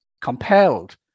compelled